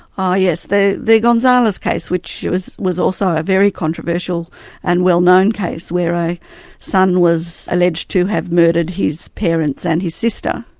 oh yes, the gonzalez case, which was was also a very controversial and well-known case where a son was alleged to have murdered his parents and his sister,